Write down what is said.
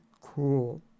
cool